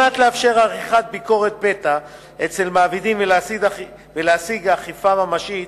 כדי לאפשר עריכת ביקורת פתע אצל מעבידים ולהשיג אכיפה ממשית